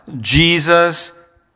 Jesus